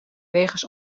wegens